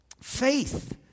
Faith